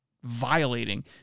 Violating